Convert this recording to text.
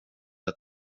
att